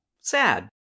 sad